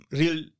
real